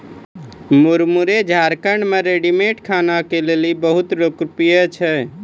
मुरमुरे झारखंड मे रेडीमेड खाना के लेली बहुत लोकप्रिय छै